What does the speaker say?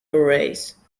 arrays